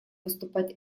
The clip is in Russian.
выступать